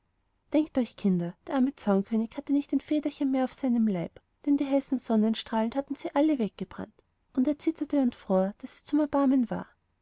denkt euch kinder der arme zaunkönig hatte nicht ein federchen mehr auf dem leib denn die heißen sonnenstrahlen hatten sie alle weggebrannt und er zitterte und fror daß es zum erbarmen war